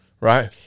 right